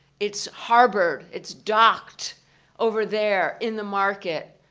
it's harbored, it's docked over there in the market.